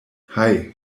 hei